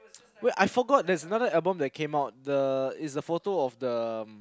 wait I forgot there's another album that came out the it's a photo of the